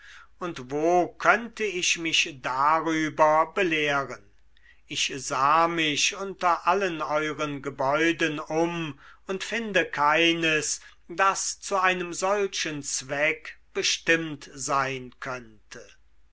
und wo könnte ich mich darüber belehren ich sah mich unter allen euren gebäuden um und finde keines das zu einem solchen zweck bestimmt sein könnte